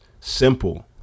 simple